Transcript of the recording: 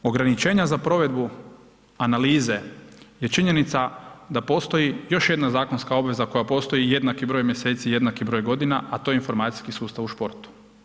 Ograničenja za provedbu analize je činjenica da postoji još jedna zakonska obveza koja postoji jednaki broj mjeseci i jednaki broj godina, a to je informacijski sustav u športu.